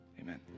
Amen